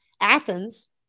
Athens